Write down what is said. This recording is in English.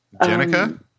Janica